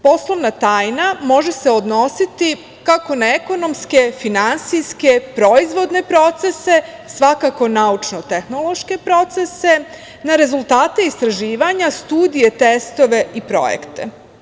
Poslovna tajna može se odnositi kako na ekonomske, finansijske proizvodne procese, svakako naučno-tehnološke procese, na rezultate istraživanja, studije, testove i projekte.